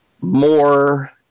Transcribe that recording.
more